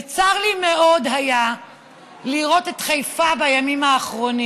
וצר לי מאוד היה לראות את חיפה בימים האחרונים.